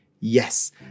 Yes